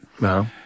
no